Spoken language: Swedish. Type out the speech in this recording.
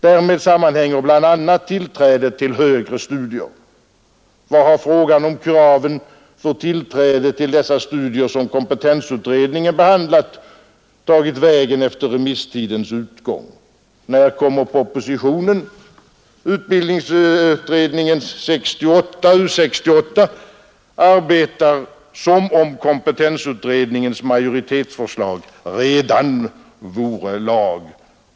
Därmed sammanhänger bl.a. tillträdet till högre studier. Vart har frågan om kraven för tillträde till dessa studier, som kompetensutredningen behandlade, tagit vägen efter remisstidens utgång? När kommer propositionen? 1968 års utbildningsutredning, U 68, arbetar som om kompetensutredningens majoritetsförslag redan vore lag.